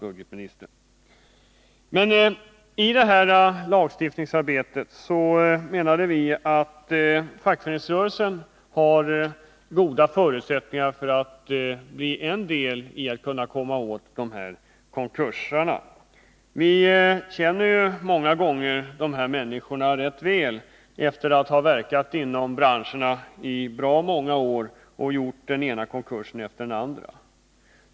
Under lagstiftningsarbetet framhöll vi att fackföreningsrörelsen har goda förutsättningar för att hjälpa till med att komma åt ”konkursarna”. Den känner i många fall rätt väl till dessa människor, som ofta har verkat ganska många år inom sina branscher och gjort den ena konkursen efter den andra.